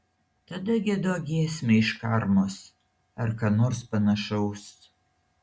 tada giedok giesmę iš karmos ar ką nors panašaus